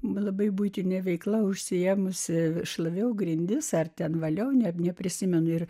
bet labai buitinė veikla užsiėmusi šlaviau grindis ar ten valiau neprisimenu ir